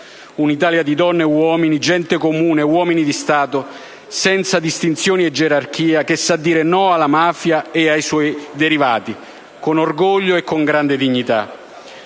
un'Italia di donne e uomini, gente comune e uomini di Stato, senza distinzioni e gerarchie, che sa dire no alla mafia e ai suoi derivati, con orgoglio e con grande dignità.